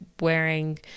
wearing